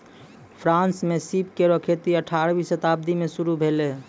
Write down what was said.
France म सीप केरो खेती अठारहवीं शताब्दी में शुरू भेलै